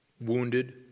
wounded